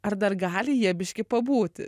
ar dar gali jie biškį pabūti